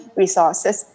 resources